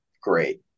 great